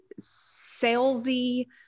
salesy